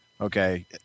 Okay